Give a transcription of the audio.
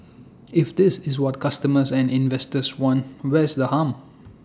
if this is what customers and investors want where's the harm